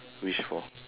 wish for